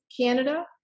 Canada